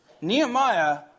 Nehemiah